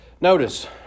Notice